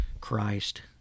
Christ